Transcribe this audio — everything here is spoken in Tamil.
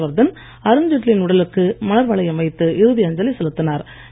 ஹர்ஷவர்தன் அருண்ஜெட்லி யின் உடலுக்கு மலர் வளையம் வைத்து இறுதி அஞ்சலி செலுத்தினார்